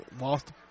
Lost